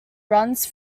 runs